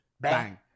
Bang